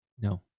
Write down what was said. no